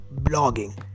blogging